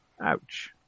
Ouch